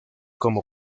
como